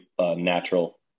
natural